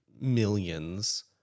millions